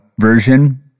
version